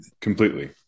completely